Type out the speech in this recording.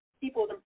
people